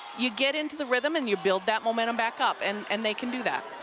you get into the rhythm and you build that momentum back up, and and they can do that.